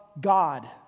God